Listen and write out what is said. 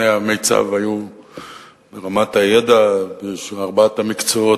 המיצ"ב היו ברמת הידע בארבעת המקצועות,